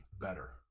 better